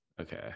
Okay